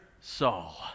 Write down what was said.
Saul